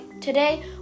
today